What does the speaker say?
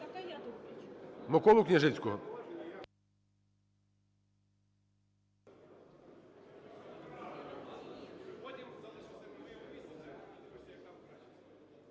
Миколу Княжицького.